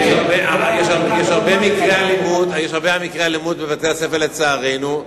יש הרבה מקרי אלימות בבתי-הספר, לצערנו.